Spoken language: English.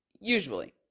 Usually